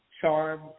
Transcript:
charm